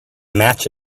match